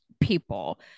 people